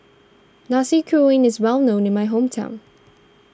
Nasi Kuning is well known in my hometown